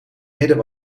midden